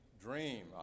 dream